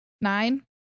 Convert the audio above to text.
Nine